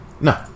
No